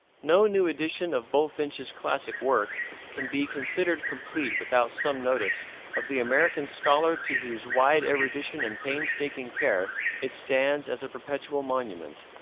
no new edition of bulfinch's classic work can be considered complete without some notice of the american scholar to whose wide erudition and painstaking care it stands as a perpetual monument.